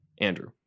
andrew